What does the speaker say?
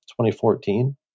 2014